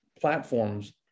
platforms